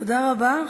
תודה רבה.